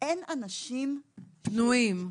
אין אנשים פנויים.